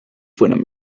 fueron